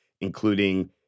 including